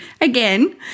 again